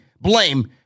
blame